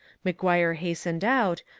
mcguire hastened out,